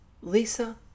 Lisa